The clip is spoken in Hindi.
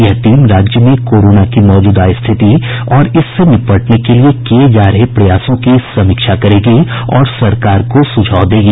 यह टीम राज्य में कोरोना की मौजूदा स्थिति और इससे निपटने के किये जा रहे प्रयासों की समीक्षा करेगी और सरकार को सुझाव देगी